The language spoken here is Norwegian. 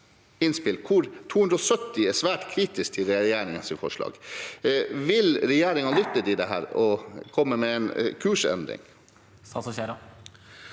hvorav 270 er svært kritisk til regjeringens forslag. Vil regjeringen lytte til dette og komme med en kursendring? Statsråd Bjørnar